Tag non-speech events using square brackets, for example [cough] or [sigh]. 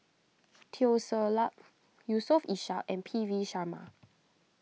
[noise] Teo Ser Luck [noise] Yusof Ishak and P V Sharma